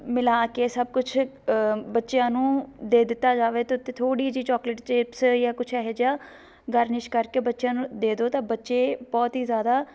ਮਿਲਾ ਕੇ ਸਭ ਕੁਝ ਬੱਚਿਆਂ ਨੂੰ ਦੇ ਦਿੱਤਾ ਜਾਵੇ ਤਾਂ ਥੋੜ੍ਹੀ ਜਿਹੀ ਚੋਕਲੇਟ ਚਿਪਸ ਜਾਂ ਕੁਝ ਇਹੋ ਜਿਹਾ ਗਰਨਿਸ਼ ਕਰਕੇ ਬੱਚਿਆਂ ਨੂੰ ਦੇ ਦਿਓ ਤਾਂ ਬੱਚੇ ਬਹੁਤ ਹੀ ਜ਼ਿਆਦਾ